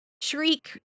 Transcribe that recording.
shriek